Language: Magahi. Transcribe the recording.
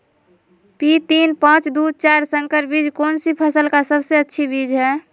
पी तीन पांच दू चार संकर बीज कौन सी फसल का सबसे अच्छी बीज है?